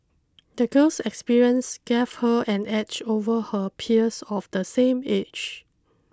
the girl's experience gave her an edge over her peers of the same age